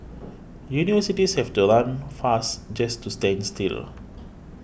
universities have to run fast just to stand still